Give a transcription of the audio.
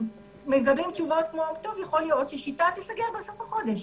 מקבלים תשובות כמו: יכול להיות ש"שיטה" תיסגר בסוף החודש.